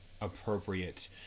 appropriate